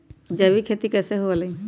जैविक खेती कैसे हुआ लाई?